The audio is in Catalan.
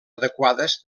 adequades